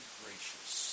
gracious